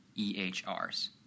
EHRs